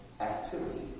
activity